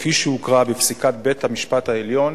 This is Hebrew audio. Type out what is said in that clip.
כפי שהוכרה בפסיקת בית-המשפט העליון,